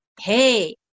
hey